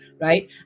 right